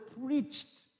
preached